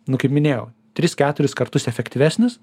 nu kaip minėjau tris keturis kartus efektyvesnis